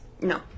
No